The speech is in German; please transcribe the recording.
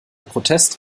protest